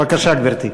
בבקשה, גברתי.